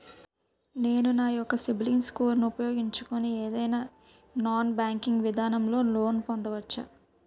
నేను నా యెక్క సిబిల్ స్కోర్ ను ఉపయోగించుకుని ఏదైనా నాన్ బ్యాంకింగ్ విధానం లొ లోన్ పొందవచ్చా?